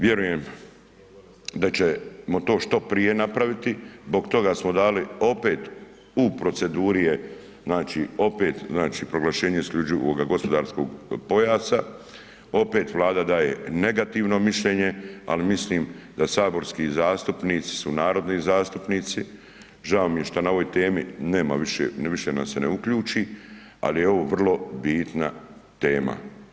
Vjerujem da ćemo to što prije napraviti, zbog toga smo dali opet u proceduri je, znači, opet, znači proglašenje isključivoga gospodarskog pojasa, opet Vlada daje negativno mišljenje ali mislim da saborski zastupnici su narodni zastupnici, žao mi je što na ovoj temi, nema više, više nas se ne uključi ali je ovo vrlo bitna tema.